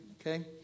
Okay